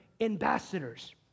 ambassadors